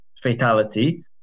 fatality